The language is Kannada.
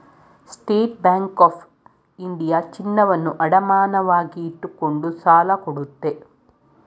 ಸ್ಟೇಟ್ ಬ್ಯಾಂಕ್ ಆಫ್ ಇಂಡಿಯಾ ಚಿನ್ನವನ್ನು ಅಡಮಾನವಾಗಿಟ್ಟುಕೊಂಡು ಸಾಲ ಕೊಡುತ್ತೆ